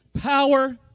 power